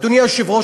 אדוני היושב-ראש,